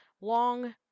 Long